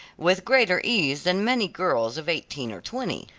with greater ease than many girls of eighteen or twenty.